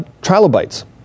trilobites